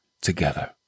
together